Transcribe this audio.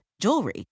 jewelry